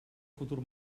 futur